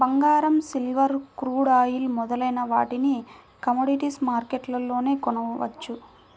బంగారం, silver, crude oil మొదలైన వాటిని కమోడిటీస్ మార్కెట్లోనే కొనవచ్చు